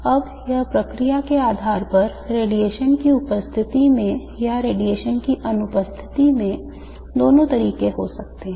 अब यह प्रक्रिया के आधार पर रेडिएशन की उपस्थिति में या रेडिएशन की अनुपस्थिति में दोनों तरीकों से हो सकता है